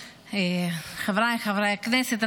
חבריי חברי הכנסת,